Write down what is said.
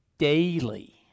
Daily